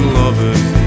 lovers